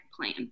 plan